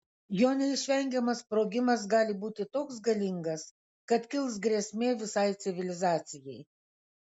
jo neišvengiamas sprogimas gali būti toks galingas kad kils grėsmė visai civilizacijai